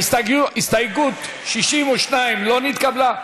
הסתייגות 62 לא נתקבלה.